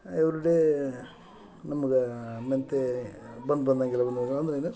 everyday ನಮ್ಗೆ ಮೆಂತೆ ಬಂದು ಬಂದಾಗೆಲ್ಲ ಅವು ಅಂದ್ರೇನು